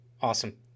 Awesome